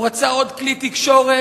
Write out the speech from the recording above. הוא רצה עוד כלי תקשורת,